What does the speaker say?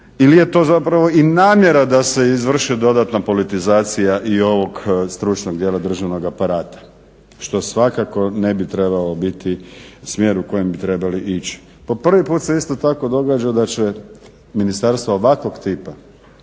Ili je to zapravo i namjera da se izvrši dodatna politizacija i ovog stručnog dijela državnog aparata? Što svakako ne bi trebao biti smjer u kojem bi trebali ići. Po prvi put se isto tako događa da će ministarstvo ovakvog tipa